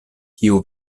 kiu